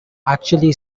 actually